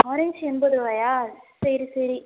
orange எண்பது ரூவாயா சரி சரி